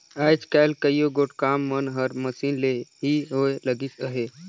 आएज काएल कइयो गोट काम मन हर मसीन ले ही होए लगिस अहे